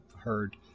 heard